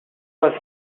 was